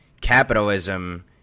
capitalism